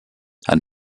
and